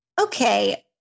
okay